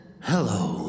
hello